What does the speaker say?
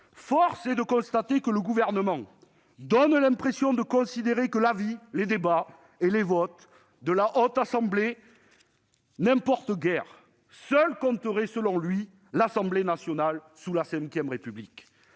force est de constater que le Gouvernement donne l'impression de considérer que l'avis, les débats et le vote de la Haute Assemblée n'importent guère ; seule compterait donc pour lui l'Assemblée nationale sous la V République